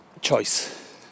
choice